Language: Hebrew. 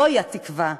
זוהי התקווה,